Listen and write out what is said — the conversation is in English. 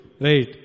Right